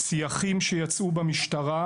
צי"חים שיצאו במשטרה,